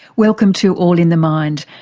welcome to all in the mind,